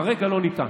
כרגע לא ניתן.